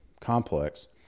complex